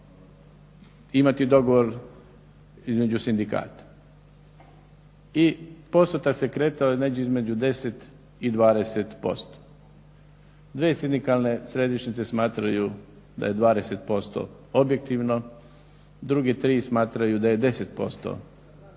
imati dogovor između sindikata. I postotak se kretao znači između 10 i 20%. Dvije sindikalne središnjice smatraju da je 20% objektivno, drugih tri smatraju da je 10% nešto